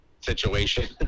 situation